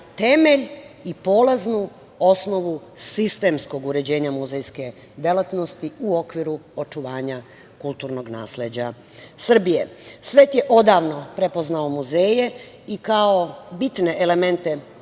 i polaznu osnovu sistemskog uređenja muzejske delatnosti u okviru očuvanja kulturnog nasleđa Srbije. Svet je odavno prepoznao muzeje i kao bitne elemente